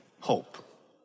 hope